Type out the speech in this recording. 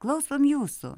klausom jūsų